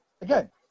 again